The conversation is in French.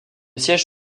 siège